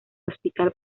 hospital